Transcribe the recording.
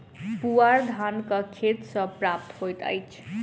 पुआर धानक खेत सॅ प्राप्त होइत अछि